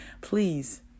Please